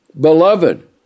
Beloved